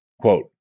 Quote